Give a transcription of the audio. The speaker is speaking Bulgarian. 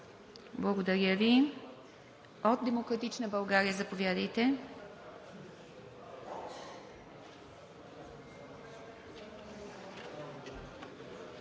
Благодаря Ви. От „Демократична България“ – заповядайте.